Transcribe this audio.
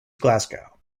glasgow